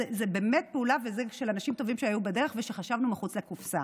זו באמת פעולה של אנשים שהיו בדרך ושחשבנו מחוץ לקופסה,